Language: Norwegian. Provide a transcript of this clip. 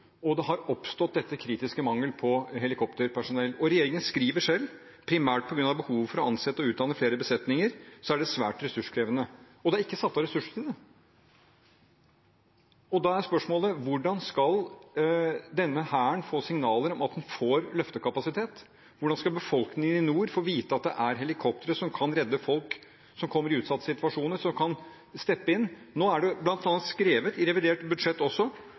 og det har oppstått en kritisk mangel på helikopterpersonell. Regjeringen skriver selv at «primært på grunn av behovet for å ansette og utdanne flere besetninger» er det svært ressurskrevende. Og det er ikke satt av ressurser til det. Da er spørsmålet: Hvordan skal denne Hæren få signaler om at den får løftekapasitet? Hvordan skal befolkningen i nord få vite at det er helikoptre som kan steppe inn og redde folk som kommer i utsatte situasjoner? Nå er det bl.a. også skrevet i revidert budsjett